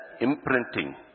imprinting